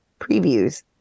previews